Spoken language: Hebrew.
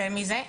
יותר מזה,